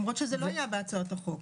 למרות שזה לא היה בהצעות החוק.